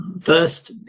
First